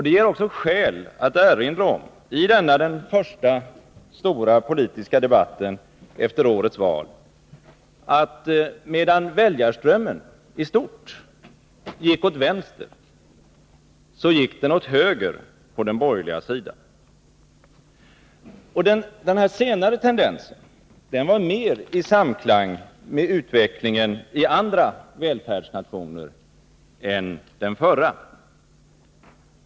Det ger mig anledning att i denna den första stora politiska debatten efter årets val erinra om att medan väljarströmmen i stort gick åt vänster, så gick den åt höger på den borgerliga sidan. Den senare tendensen var mer i samklang med utvecklingen i andra välfärdsnationer än den förra.